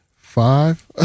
Five